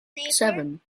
seven